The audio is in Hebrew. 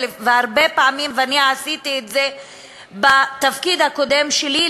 והרבה פעמים אני עשיתי את זה בתפקיד הקודם שלי,